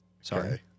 sorry